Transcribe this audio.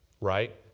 right